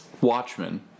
Watchmen